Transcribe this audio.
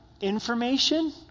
information